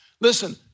Listen